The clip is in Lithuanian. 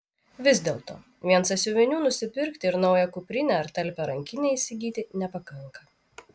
vis dėlto vien sąsiuvinių nusipirkti ir naują kuprinę ar talpią rankinę įsigyti nepakanka